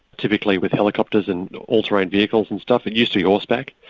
typically with helicopters and all terrain vehicles and stuff, it used to be horseback,